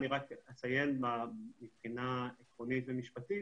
אני רק אציין מבחינה עקרונית ומשפטית